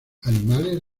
animales